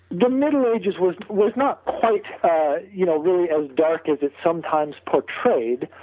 the middle ages was was not quite you know really as dark as it sometimes portrayed,